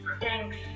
Thanks